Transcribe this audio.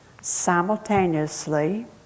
simultaneously